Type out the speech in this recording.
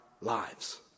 lives